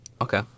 Okay